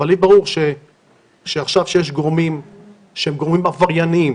אבל לי ברור שיש גורמים עברייניים,